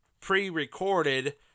pre-recorded